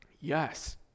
Yes